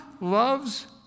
loves